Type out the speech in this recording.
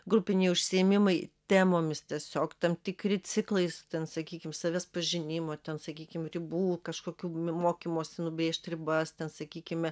grupiniai užsiėmimai temomis tiesiog tam tikri ciklais ten sakykim savęs pažinimo ten sakykim ribų kažkokių mokymosi nubrėžti ribas ten sakykime